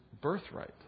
birthright